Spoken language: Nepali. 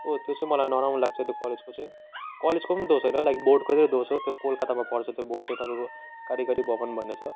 ओ त्यो चाहिँ मलाई नराम्रो लाग्छ त्यो कलेजको चाहिँ कलेजको पनि दोष होइन लाइक बोर्डको चाहिँ दोष हो कोलकातामा पर्छ त्यो बोर्ड चाहिँ तपाईँको कारिगरी भवन भन्ने छ